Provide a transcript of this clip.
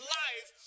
life